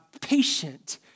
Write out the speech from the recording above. patient